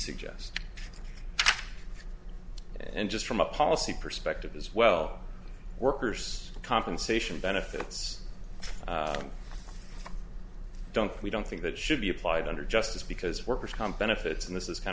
suggest and just from a policy perspective as well workers compensation benefits don't we don't think that should be applied under justice because workers comp benefits and this is kind